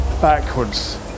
backwards